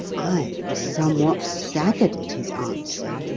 i was somewhat staggered at his answer.